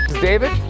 David